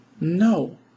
No